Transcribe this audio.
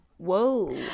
Whoa